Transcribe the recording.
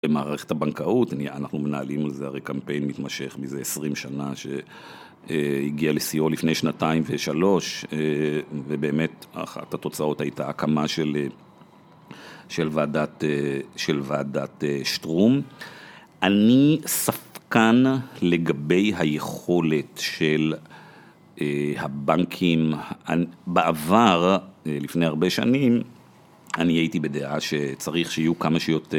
במערכת הבנקאות, אנחנו מנהלים על זה הרי קמפיין מתמשך מזה 20 שנה שהגיע לסיוע לפני שנתיים ושלוש ובאמת אחת התוצאות הייתה הקמה של ועדת שטרום אני ספקן לגבי היכולת של הבנקים בעבר, לפני הרבה שנים, אני הייתי בדעה שצריך שיהיו כמה שיותר